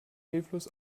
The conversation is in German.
hilflos